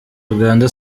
uganda